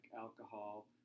alcohol